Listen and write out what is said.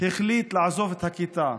הוא החליט לעזוב את הכיתה.